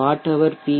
what hour B